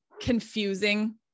confusing